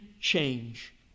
change